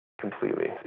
Completely